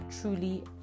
truly